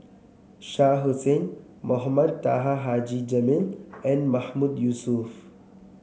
Shah Hussain Mohamed Taha Haji Jamil and Mahmood Yusof